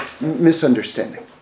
misunderstanding